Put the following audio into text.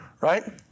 Right